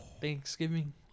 Thanksgiving